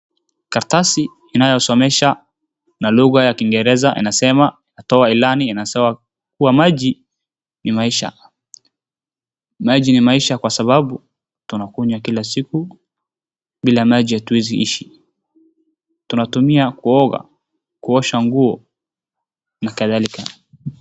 Karatasi inayosomesha na lugha ya kiingereza inasema toa ilani inasema kuwa maji ni maisha. Maji ni maisha kwa sababu tunakunywa kila siku, bila maji hatuwezi ishi. Tunatumia kuoga, kuosha nguo na kadhalika.